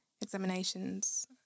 examinations